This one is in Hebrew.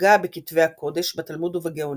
הגה בכתבי הקודש, בתלמוד ובגאונים,